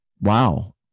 wow